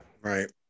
Right